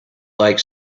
like